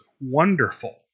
Wonderful